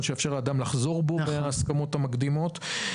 שיאפשר לאדם לחזור בו מההסכמות המקדימות,